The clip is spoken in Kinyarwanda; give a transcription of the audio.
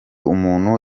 umuntu